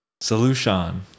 Solution